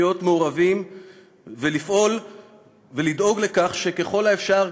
להיות מעורבים ולפעול ולדאוג לכך שככל האפשר,